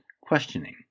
questioning